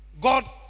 God